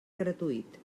gratuït